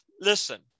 listen